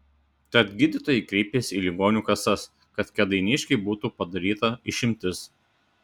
tad gydytojai kreipėsi į ligonių kasas kad kėdainiškei būtų padaryta išimtis